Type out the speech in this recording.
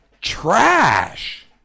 trash